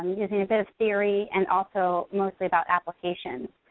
using a bit of theory and also mostly about applications.